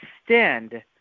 extend